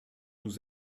nous